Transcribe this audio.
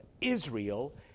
Israel